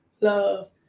Love